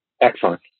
Excellent